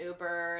Uber